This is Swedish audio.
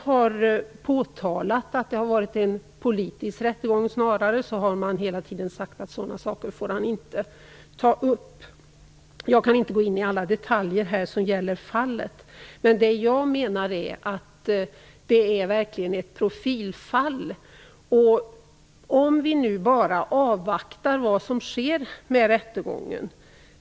När Wa Wamwere har påtalat att rättegången har varit politisk har han fått veta att sådana saker får han inte ta upp. Jag kan inte gå in i alla detaljer som gäller fallet. Men jag menar att detta verkligen är ett profilfall. Vi kan inte bara avvakta vad som sker med rättegången.